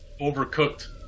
Overcooked